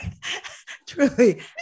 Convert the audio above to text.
Truly